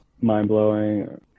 mind-blowing